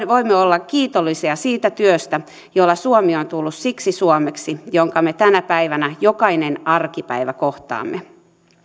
voimme olla kiitollisia siitä työstä jolla suomi on tullut siksi suomeksi jonka me tänä päivänä jokainen arkipäivä kohtaamme